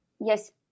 Yes